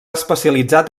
especialitzat